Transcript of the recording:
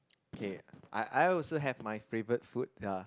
okay I I also have my favorite food ya